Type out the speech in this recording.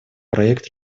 проект